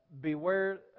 beware